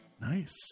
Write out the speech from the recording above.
Nice